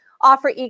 offer